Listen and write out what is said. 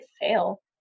fail